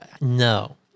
No